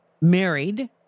married